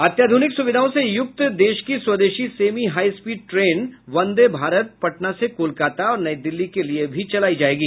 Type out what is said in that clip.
अत्याध्रनिक सुविधाओं से युक्त देश की स्वदेशी semi high speed train Vande Bharat Patna से कोलकाता और नई दिल्ली के लिए भी चलायी जायेगी